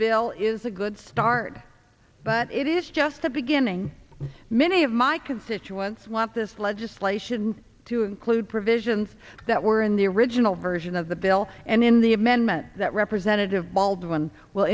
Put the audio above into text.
bill is a good start but it is just the beginning many of my constituents want this legislation to include provisions that were in the original version of the bill and in the amendment that representative baldwin will